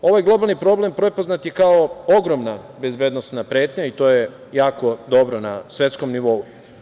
Ovaj globalni problem prepoznat je kao ogromna bezbednosna pretnja i to je jako dobro na svetskom nivou.